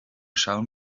schauen